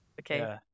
Okay